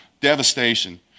Devastation